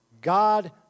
God